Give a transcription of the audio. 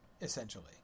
essentially